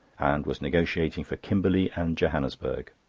and was negotiating for kimberley and johannesburg.